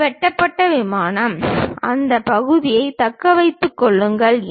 இது வெட்டப்பட்ட விமானம் அந்த பகுதியை தக்க வைத்துக் கொள்ளுங்கள்